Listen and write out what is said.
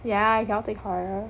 yeah I cannot take horror